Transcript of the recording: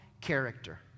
character